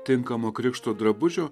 tinkamo krikšto drabužio